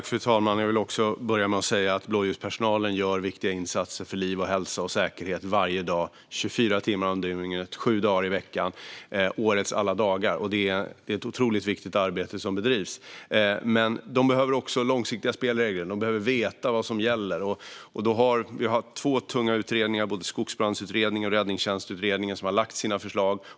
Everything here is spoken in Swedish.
Fru talman! Jag vill börja med att säga att blåljuspersonalen gör viktiga insatser för liv, hälsa och säkerhet varje dag - 24 timmar om dygnet, sju dagar i veckan, årets alla dagar. Det är ett otroligt viktigt arbete som bedrivs. Men de behöver också långsiktiga spelregler. De behöver veta vad som gäller. Vi har haft två tunga utredningar, Skogsbrandsutredningen och Räddningstjänstutredningen, som lagt fram sina förslag.